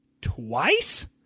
twice